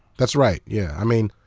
that's right, yeah. i mean.